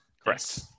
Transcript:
Correct